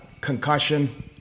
concussion